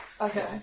Okay